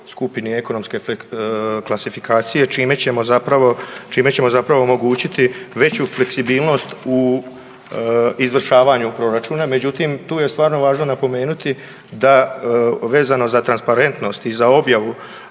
skupini ekonomske klasifikacije čime ćemo zapravo omogućiti veću fleksibilnost u izvršavanju proračuna međutim, tu je stvarno važno napomenut vezano za transparentnost i za objavu